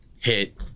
hit